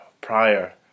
prior